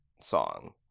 song